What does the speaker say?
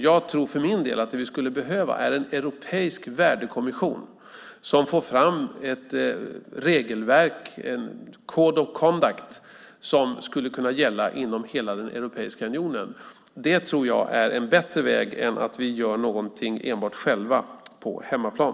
Jag tror att vi skulle behöva en europeisk värdekommission som får fram ett regelverk, en code of conduct, som skulle kunna gälla inom hela Europeiska unionen. Det tror jag är en bättre väg än att vi själva gör något enbart på hemmaplan.